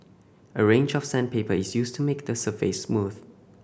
a range of sandpaper is used to make the surface smooth